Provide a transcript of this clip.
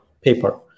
paper